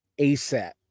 ASAP